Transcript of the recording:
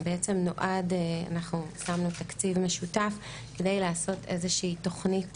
אנחנו שמנו תקציב משותף כדי לעשות איזושהי תוכנית